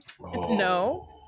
No